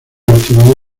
destinado